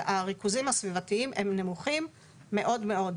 והריכוזים הסביבתיים הם נמוכים מאוד מאוד.